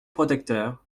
protecteur